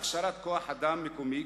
הכשרת כוח-אדם מקומי,